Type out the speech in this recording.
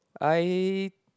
I